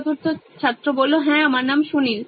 চতুর্থ ছাত্র হ্যাঁ আমার নাম সুনীল